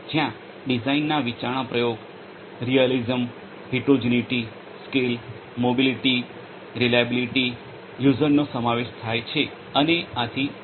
જ્યાં ડિઝાઇનના વિચારણા પ્રયોગ realism heterogeneity scale mobility reliability યૂઝરનો સમાવેશ થાય છે અને આથી વધુ